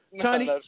Tony